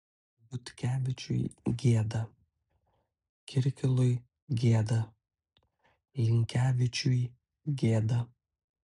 butkevičiui gėda kirkilui gėda linkevičiui gėda